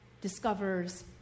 discovers